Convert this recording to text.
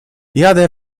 jadę